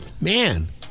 Man